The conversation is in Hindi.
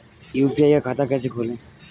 यू.पी.आई का खाता कैसे खोलें?